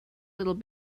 little